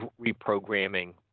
reprogramming